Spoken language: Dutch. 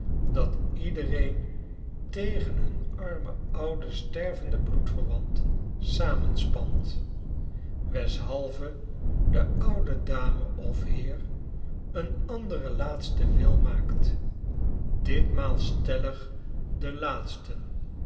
dat iedereen tegen hun armen ouden stervenden bloedverwant samenspant weshalve de oude dame of heer een anderen laatsten wil maakt ditmaal stellig den laatsten